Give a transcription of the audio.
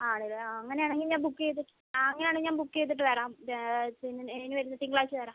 ആ അതെ ആ അങ്ങനെ ആണെങ്കിൽ ഞാൻ ബുക്ക് ചെയ്ത് ആ അങ്ങനെ ആണ് ഞാൻ ബുക്ക് ചെയ്തിട്ട് വരാം ഇത് പിന്നെ ഇനി വരുന്ന തിങ്കളാഴ്ച്ച വരാം